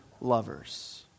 lovers